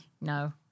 no